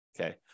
okay